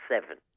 seven